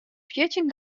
fjirtjin